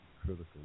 critical